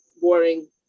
boring